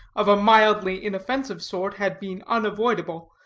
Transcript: of a mildly inoffensive sort, had been unavoidable,